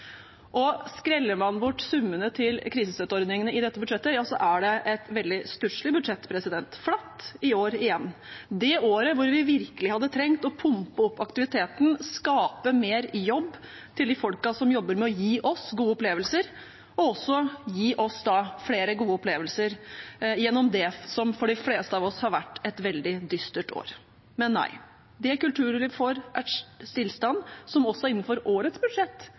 Skreller man bort summene til krisestøtteordningene i dette budsjettet, er det et veldig stusslig budsjett – flatt i år igjen, det året da vi virkelig hadde trengt å pumpe opp aktiviteten, skape mer jobb til dem som jobber med å gi oss gode opplevelser, og også gi oss flere gode opplevelser gjennom det som for de fleste av oss har vært et veldig dystert år. Men nei, det kulturlivet får, er stillstand, som også innenfor årets budsjett